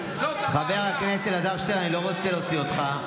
חבר הכנסת אלעזר שטרן, אני לא רוצה להוציא אותך.